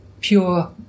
pure